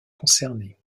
concernées